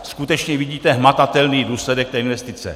Skutečně vidíte hmatatelný důsledek té investice.